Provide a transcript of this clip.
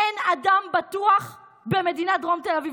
אין אדם בטוח במדינת דרום תל אביב,